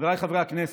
חבריי חברי הכנסת,